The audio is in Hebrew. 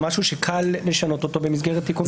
זה משהו שקל לשנות אותו במסגרת תיקון התקנון.